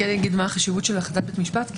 אומר מה החשיבות של החלטת בית משפט,